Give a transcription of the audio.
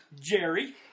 Jerry